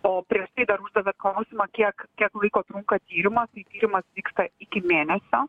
o prieš tai dar uždavėt klausimą kiek kiek laiko trunka tyrimas tai tyrimas vyksta iki mėnesio